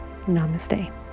Namaste